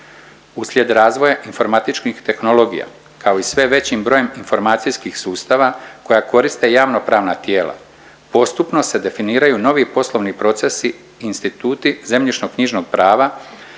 Uslijede razvoja informatičkih tehnologija kao i sve većim brojem informacijskih sustava koja koriste javnopravna tijela, postupno se definiraju novi poslovni procesi instituti zemljišno-knjižnog prava